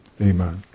Amen